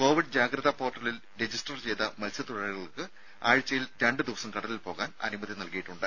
Covid ജാഗ്രത പോർട്ടലിൽ register ചെയ്ത മത്സ്യത്തൊഴിലാളികൾക്ക് ആഴ്ചയിൽ രണ്ട് ദിവസം കടലിൽ പോകാൻ അനുമതി നൽകിയിട്ടുണ്ട്